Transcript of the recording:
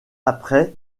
après